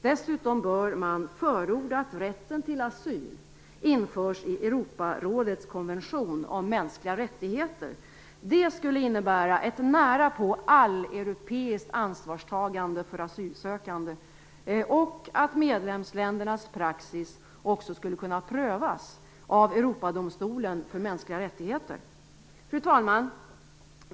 Dessutom bör man förorda att rätten till asyl införs i Europarådets konvention om mänskliga rättigheter. Det skulle innebära ett närapå alleuropeiskt ansvarstagande för asylsökande samt att medlemsländernas praxis också skulle kunna prövas av Europadomstolen för mänskliga rättigheter. Fru talman!